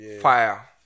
fire